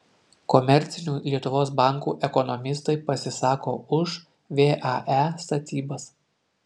komercinių lietuvos bankų ekonomistai pasisako už vae statybas